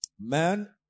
Man